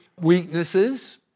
weaknesses